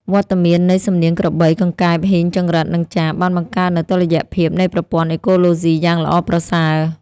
វត្តមាននៃសំនៀងក្របី កង្កែប ហ៊ីង ចង្រិត និងចាប បានបង្កើតនូវតុល្យភាពនៃប្រព័ន្ធអេកូឡូស៊ីយ៉ាងល្អប្រសើរ។